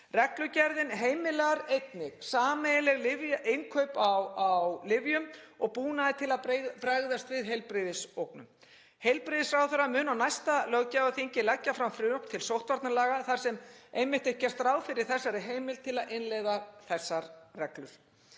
Reglugerðin heimilar einnig sameiginleg innkaup á lyfjum og búnaði til að bregðast við heilbrigðisógnum. Heilbrigðisráðherra mun á næsta löggjafarþingi leggja fram frumvörp til sóttvarnalaga þar sem einmitt er gert ráð fyrir þessari heimild til að innleiða þessar reglur.